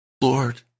Lord